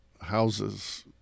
houses